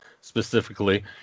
specifically –